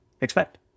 expect